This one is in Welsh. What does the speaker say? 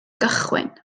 gychwyn